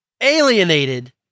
alienated